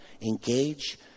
engage